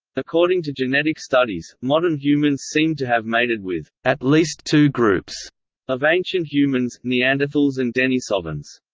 according to genetic studies, modern humans seem to have mated with at least two groups of ancient humans neanderthals and denisovans.